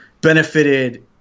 benefited